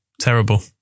terrible